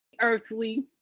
earthly